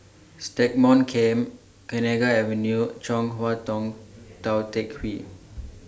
Stagmont Camp Kenanga Avenue Chong Hua Tong Tou Teck Hwee